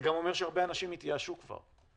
זה גם אומר שהרבה אנשים התייאשו כבר,